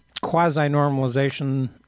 quasi-normalization